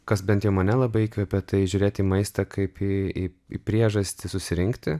kas bent jau mane labai įkvėpė tai žiūrėti į maistą kaip į į į priežastį susirinkti